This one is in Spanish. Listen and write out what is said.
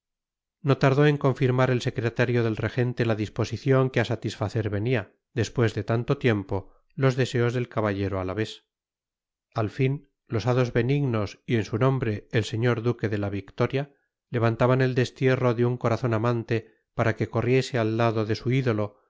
no tardó en confirmar el secretario del regente la disposición que a satisfacer venía después de tanto tiempo los deseos del caballero alavés al fin los hados benignos y en su nombre el señor duque de la victoria levantaban el destierro de un corazón amante para que corriese al lado de su ídolo